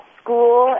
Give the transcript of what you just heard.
school